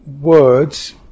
words